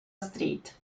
street